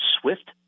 Swift